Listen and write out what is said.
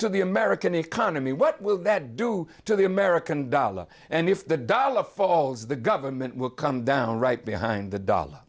to the american economy what will that do to the american dollar and if the dollar falls the government will come down right behind the dollar